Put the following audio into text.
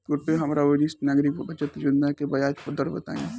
कृपया हमरा वरिष्ठ नागरिक बचत योजना के ब्याज दर बताई